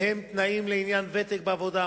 ובהם תנאים לעניין ותק בעבודה,